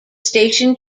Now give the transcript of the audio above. station